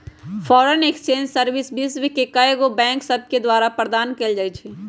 foreign exchange service विश्व के कएगो बैंक सभके द्वारा प्रदान कएल जाइ छइ